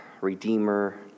Redeemer